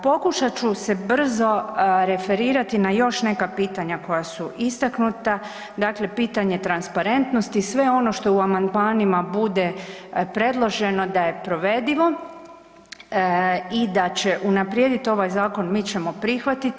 Pokušat ću brzo se referirati na još neka pitanja koja su istaknuta, dakle pitanje transparentnosti sve ono što u amandmanima bude predloženo da je provedivo i da će unaprijediti ovaj zakon mi ćemo prihvatiti.